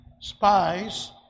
spies